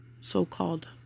so-called